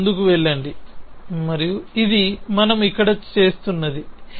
మీరు ముందుకు వెళ్ళండి మరియు ఇది మనము ఇక్కడ చేస్తున్నది